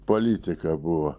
politika buvo